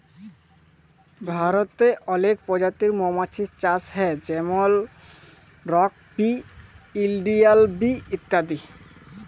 ভারতে অলেক পজাতির মমাছির চাষ হ্যয় যেমল রক বি, ইলডিয়াল বি ইত্যাদি